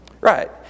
Right